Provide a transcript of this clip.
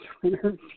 Twitter